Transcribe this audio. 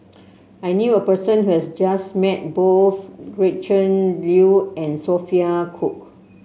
I knew a person who has just met both Gretchen Liu and Sophia Cooke